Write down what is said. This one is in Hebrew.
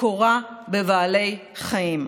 מקורה בבעלי חיים.